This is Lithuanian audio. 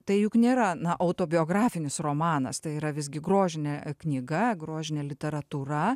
tai juk nėra na autobiografinis romanas tai yra visgi grožinė knyga grožinė literatūra